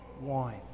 wine